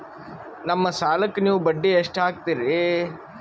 ನಮ್ಮ ಸಾಲಕ್ಕ ನೀವು ಬಡ್ಡಿ ಎಷ್ಟು ಹಾಕ್ತಿರಿ?